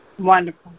Wonderful